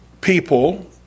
people